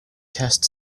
test